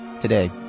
Today